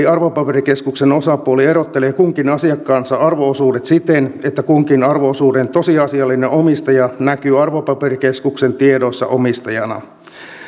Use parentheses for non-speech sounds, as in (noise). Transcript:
(unintelligible) arvopaperikeskuksen osapuoli erottelee kunkin asiakkaansa arvo osuudet siten että kunkin arvo osuuden tosiasiallinen omistaja näkyy arvopaperikeskuksen tiedoissa omistajana